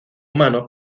humano